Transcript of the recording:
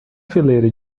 fileira